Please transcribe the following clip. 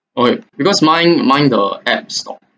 !oi! because mine mine the apps stop